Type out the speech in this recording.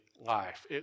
life